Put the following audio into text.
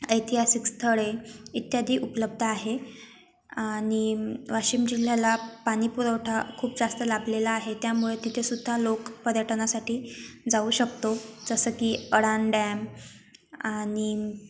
ऐतिहासिक स्थळे इत्यादी उपलब्ध आहे आणि वाशिम जिल्ह्याला पाणीपुरवठा खूप जास्त लाभलेला आहे त्यामुळे तिथे सुद्धा लोक पर्यटनासाठी जाऊ शकतो जसं की अडान डॅम आणि